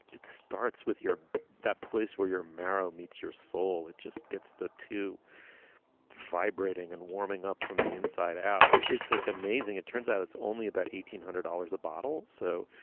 it starts with your that place where your marrow meets your soul. it just gets the two vibrating and warming up from the inside out. it's like amazing. it turns out it's only about eighteen hundred dollars a bottle. so